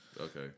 Okay